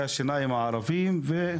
אני